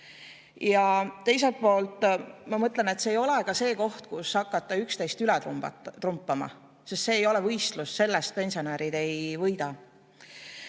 Teiselt poolt ma mõtlen, et see ei ole ka see koht, kus hakata üksteist üle trumpama. See ei ole võistlus, sellest pensionärid ei võida.